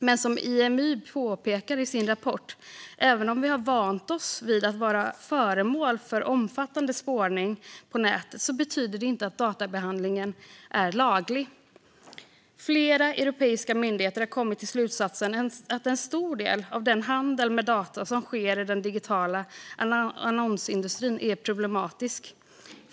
Men Imy påpekar i sin rapport att även om vi har vant oss vid att vara föremål för omfattande spårning på nätet betyder det inte att databehandlingen är laglig. Flera europeiska myndigheter har kommit till slutsatsen att en stor del av den handel med data som sker i den digitala annonsindustrin är problematisk.